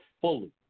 fully